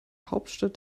hauptstadt